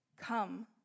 Come